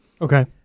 okay